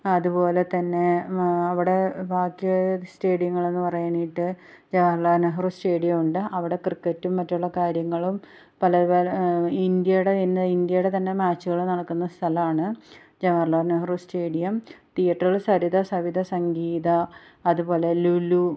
അതുപോലെ തന്നെ അവിടെ ബാക്കി സ്റ്റേഡിയങ്ങൾ എന്ന് പറയാനായിട്ട് ജവഹർലാൽ നെഹ്റു സ്റ്റേഡിയം ഉണ്ട് അവിടെ ക്രിക്കറ്റും മറ്റുള്ള കാര്യങ്ങളും പല പല ഇന്ത്യയുടെ ഇന്ത്യയുടെ തന്നെ ഇന്ത്യയുടെ തന്നെ മാച്ചുകൾ നടക്കുന്ന സ്ഥലമാണ് ജവഹർലാൽ നെഹ്റു സ്റ്റേഡിയം തിയേറ്ററിൽ സരിത സവിത സംഗീത അതുപോലെ ലുലു